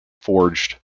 forged